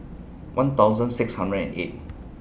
one thousand six hundred and eight